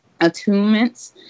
attunements